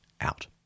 out